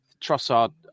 Trossard